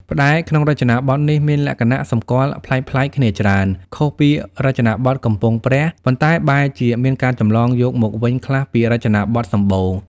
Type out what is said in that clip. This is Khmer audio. ផ្ដែរក្នុងរចនាបថនេះមានលក្ខណៈសម្គាល់ប្លែកៗគ្នាច្រើន ខុសពីរចនាបថកំពង់ព្រះ ប៉ុន្តែបែរជាមានការចម្លងយកមកវិញខ្លះពីរចនាបថសម្បូរ។